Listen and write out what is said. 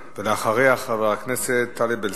אחריה, חבר הכנסת טלב אלסאנע,